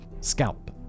scalp